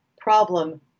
problem